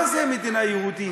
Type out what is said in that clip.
מה זה מדינה יהודית?